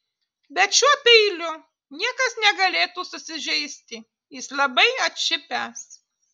bet šiuo peiliu niekas negalėtų susižeisti jis labai atšipęs